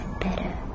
better